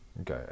okay